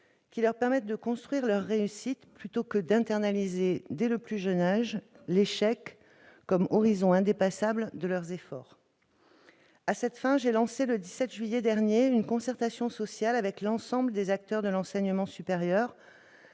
qui leur permette de construire leur réussite plutôt que d'intérioriser dès le plus jeune âge l'échec comme horizon indépassable de leurs efforts. À cette fin, j'ai lancé le 17 juillet dernier une concertation sociale avec l'ensemble des acteurs de l'enseignement supérieur,